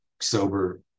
sober